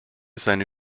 seine